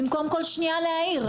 בקום כל שנייה להעיר.